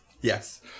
Yes